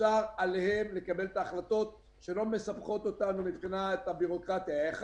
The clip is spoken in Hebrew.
שאפשר לקבל בהן את ההחלטות שלא מסבכות אותנו עם בירוקרטיה: א',